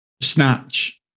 Snatch